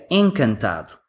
encantado